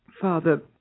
Father